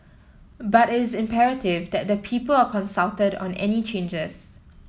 but it is imperative that the people are consulted on any changes